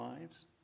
lives